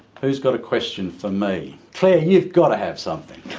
who's got a question for me? clare, you've got to have something.